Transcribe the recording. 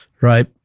right